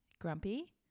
grumpy